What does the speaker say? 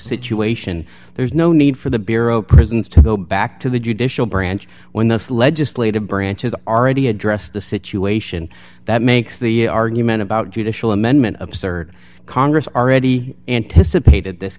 situation there's no need for the bureau of prisons to go back to the judicial branch when this legislative branch is already addressed the situation that makes the argument about judicial amendment of certain congress aready anticipated this